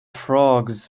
frogs